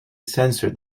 sensor